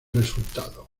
resultado